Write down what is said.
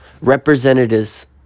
representatives